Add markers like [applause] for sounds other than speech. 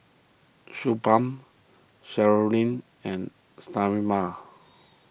Suu Balm [unintelligible] and Sterimar